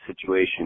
situation